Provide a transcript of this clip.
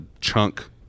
chunk